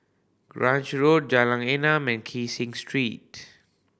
Grange Road Jalan Enam and Kee Street